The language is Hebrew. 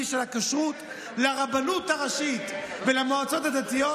של הכשרות לרבנות הראשית ולמועצות הדתיות,